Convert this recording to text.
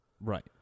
Right